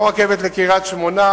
לא רכבת לקריית-שמונה,